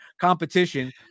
competition